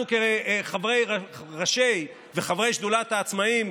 אנחנו כראשי וחברי שדולת העצמאים,